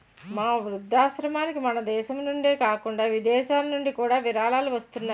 మా వృద్ధాశ్రమానికి మనదేశం నుండే కాకుండా విదేశాలనుండి కూడా విరాళాలు వస్తున్నాయి